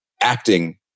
acting